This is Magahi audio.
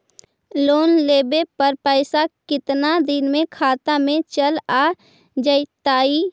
लोन लेब पर पैसा कितना दिन में खाता में चल आ जैताई?